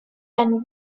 and